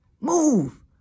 Move